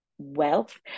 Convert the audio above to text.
wealth